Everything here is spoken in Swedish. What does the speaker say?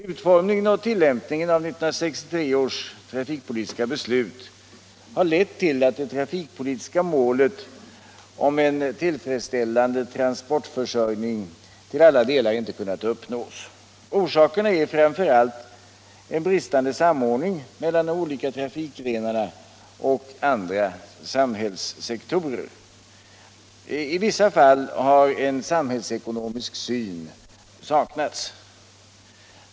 Utformningen av tillämpningen av 1963 års trafikpolitiska beslut har lett till att det trafikpolitiska målet om en tillfredsställande transportförsörjning till alla delar inte har kunnat uppnås. Orsakerna är framför allt en bristande samordning mellan de olika trafikgrenarna och andra samhällssektorer. I vissa fall har en samhällsekonomisk syn saknats.